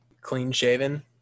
clean-shaven